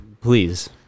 Please